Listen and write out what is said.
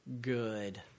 good